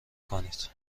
کنید